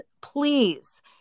please